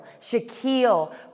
Shaquille